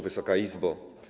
Wysoka Izbo!